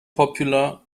popular